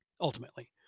ultimately